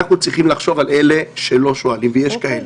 אנחנו צריכים לחשוב על אלה שלא שואלים, ויש כאלה.